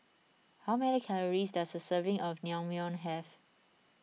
how many calories does a serving of Naengmyeon have